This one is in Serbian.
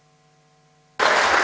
Hvala.